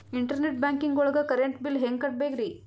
Internet banking ಒಳಗ್ current bill ಹೆಂಗ್ ಕಟ್ಟ್ ಬೇಕ್ರಿ?